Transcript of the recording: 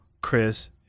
Chris